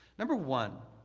number one,